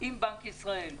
עם בנק ישראל.